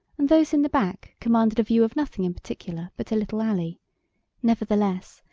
and those in the back commanded a view of nothing in particular but a little alley nevertheless,